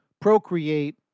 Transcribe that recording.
procreate